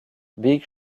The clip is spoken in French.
big